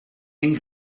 één